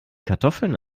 kartoffeln